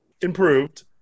improved